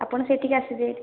ଆପଣ ସେଠିକି ଆସିବେ